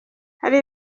hali